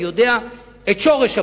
אני יודע את שורש הבעיה.